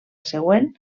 següent